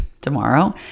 tomorrow